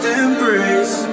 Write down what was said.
embrace